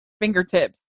fingertips